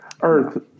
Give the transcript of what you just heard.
Earth